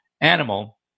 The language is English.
animal